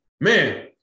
man